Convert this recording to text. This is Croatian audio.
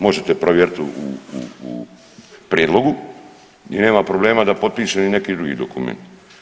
Možete provjeriti u prijedlogu i nema problema da potpišem i neki drugi dokument.